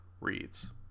reads